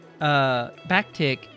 backtick